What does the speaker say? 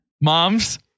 moms